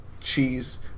cheese